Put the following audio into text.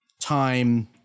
time